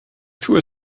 threw